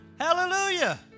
Hallelujah